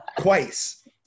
twice